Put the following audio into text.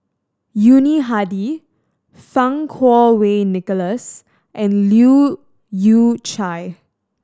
Yuni Hadi Fang Kuo Wei Nicholas and Leu Yew Chye